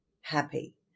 happy